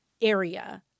area